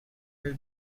will